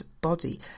body